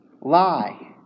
lie